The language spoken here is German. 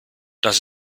das